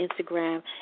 Instagram